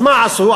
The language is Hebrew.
מה עשו?